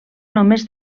només